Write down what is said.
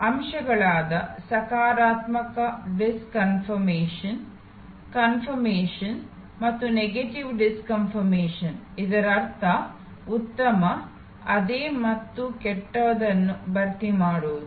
ಅಂಶಗಳಾದ ಸಕಾರಾತ್ಮಕ ನಿರಾಕರಣೆ ದೃಢೀಕರಣ ಮತ್ತು ಋಣಾತ್ಮಕ ನಿರಾಕರಣೆ ಇದರರ್ಥ ಉತ್ತಮ ಅದೇ ಮತ್ತು ಕೆಟ್ಟದನ್ನು ಭರ್ತಿ ಮಾಡುವುದು